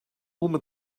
woman